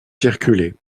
circuler